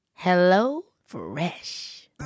HelloFresh